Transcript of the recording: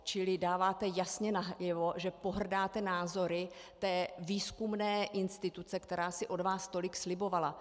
Čili dáváte jasně najevo, že pohrdáte názory té výzkumné instituce, která si od vás tolik slibovala.